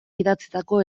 idatzitako